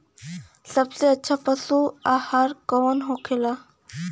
सबसे अच्छा पशु आहार कौन होखेला?